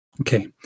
Okay